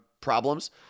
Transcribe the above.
problems